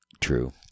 true